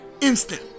instant